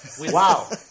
Wow